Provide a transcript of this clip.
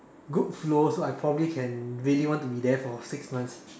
good flow so I probably can really want to be there for six months